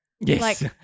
Yes